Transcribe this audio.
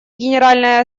генеральной